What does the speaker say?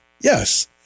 Yes